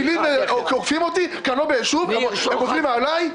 הטילים עוקפים אותי בגלל שאני לא ביישוב ועוברים מעלי?